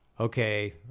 okay